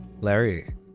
Larry